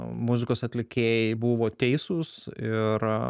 muzikos atlikėjai buvo teisūs ir